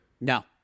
No